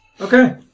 Okay